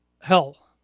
Hell